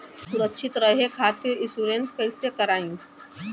सुरक्षित रहे खातीर इन्शुरन्स कईसे करायी?